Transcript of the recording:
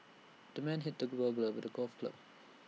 the man hit the with A golf club